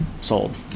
sold